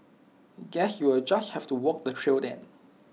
guess you'll just have to walk the trail then